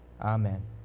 Amen